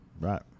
right